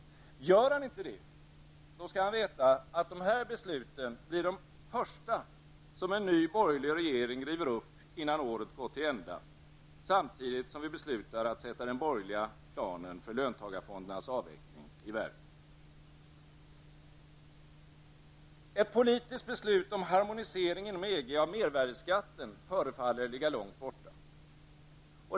Gör han inte det, skall han veta att dessa beslut blir de första som en ny borgerlig regering river upp innan året gått till ända, samtidigt som vi beslutar att sätta den borgerliga planen för löntagarfondernas avveckling i verket. Ett politiskt beslut om harmonisering inom EG av mervärdeskatten förfaller ligga långt borta.